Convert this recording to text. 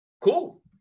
Cool